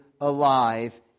alive